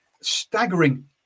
staggering